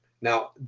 now